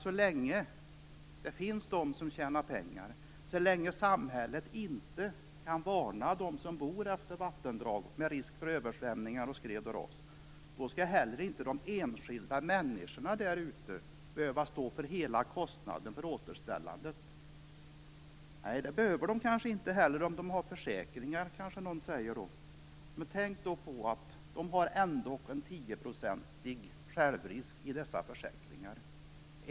Så länge det finns de som tjänar pengar och så länge samhället inte kan varna dem som bor utefter vattendrag där det finns risk för översvämningar, skred och ras skall inte de enskilda människorna där behöva stå för hela kostnaden för återställandet. Någon kanske säger att de inte behöver göra det om de har försäkringar. Men tänk då på att de har en 10 procentig självrisk i dessa försäkringar.